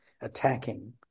attacking